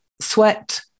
sweat